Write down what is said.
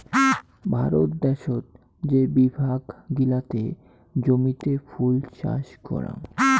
ভারত দ্যাশোত যে বিভাগ গিলাতে জমিতে ফুল চাষ করাং